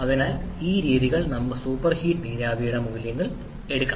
അതിനാൽ ഈ രീതിയിൽ നമുക്ക് സൂപ്പർഹീറ്റ് നീരാവിക്ക് മൂല്യങ്ങൾ എടുക്കാം